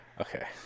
Okay